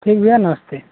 ठीक भैया नमस्ते